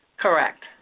correct